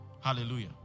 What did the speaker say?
Hallelujah